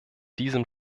diesem